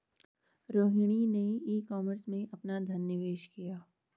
रोहिणी ने e commerce में अपना धन निवेश किया